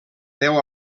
deu